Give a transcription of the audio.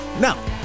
Now